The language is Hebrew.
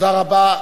תודה רבה.